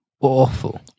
awful